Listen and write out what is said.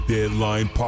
Deadline